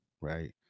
right